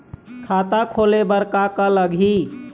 खाता खोले बर का का लगही?